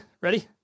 Ready